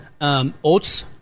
oats